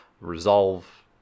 resolve